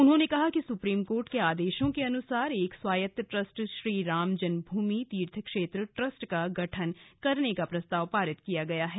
उन्होंने कहा कि सुप्रीम कोर्ट के आदेशों के अनुसार एक स्वायत्त ट्रस्ट श्री राम जन्मभूमि तीर्थ क्षेत्र का गठन करने का प्रस्ताव पारित किया गया है